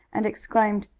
and exclaimed,